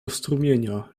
strumienia